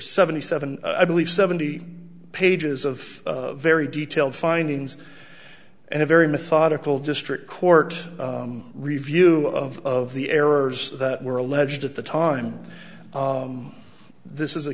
seventy seven i believe seventy pages of very detailed findings and a very methodical district court review of the errors that were alleged at the time this is a